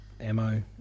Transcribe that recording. ammo